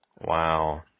Wow